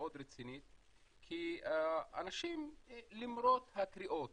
ומסוכנת, כי אנשים למרות הקריאות